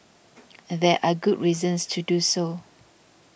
there are good reasons to do so